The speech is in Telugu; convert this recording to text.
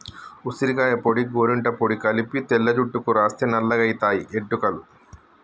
ఉసిరికాయ పొడి గోరింట పొడి కలిపి తెల్ల జుట్టుకు రాస్తే నల్లగాయితయి ఎట్టుకలు